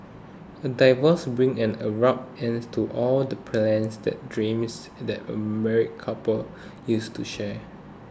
a divorce brings an abrupt end to all the plans that dreams that a married couple used to share